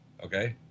Okay